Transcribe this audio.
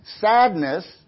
sadness